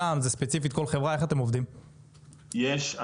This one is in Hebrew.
זה תלוי כמובן בגודל החברה,